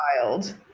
child